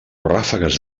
ràfegues